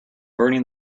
burning